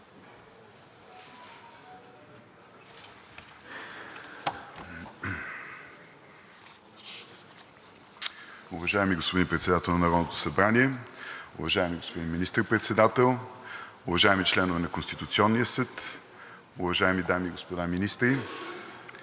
Уважаеми господин председател на Народното събрание, уважаеми господин Министър-председател, уважаеми членове на Конституционния съд, уважаеми дами и господа министри,